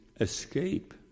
escape